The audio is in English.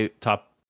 top